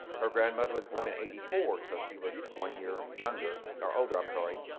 her grandmother was born in eighty four, so she was one year younger or older, i'm sorry.